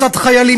מצד חיילים,